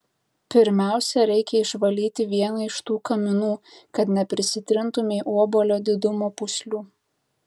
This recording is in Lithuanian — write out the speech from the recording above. pirmiausia reikia išvalyti vieną iš tų kaminų kad neprisitrintumei obuolio didumo pūslių